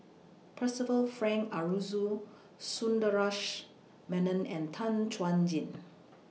Percival Frank Aroozoo Sundaresh Menon and Tan Chuan Jin